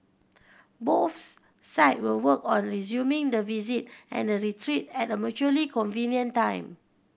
both side will work on resuming the visit and the retreat at a mutually convenient time